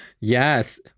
Yes